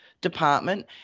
department